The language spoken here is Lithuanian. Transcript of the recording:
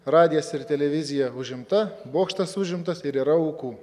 radijas ir televizija užimta bokštas užimtas ir yra aukų